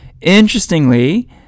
Interestingly